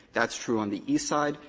that's true on the east side.